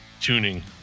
tuning